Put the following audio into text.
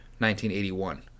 1981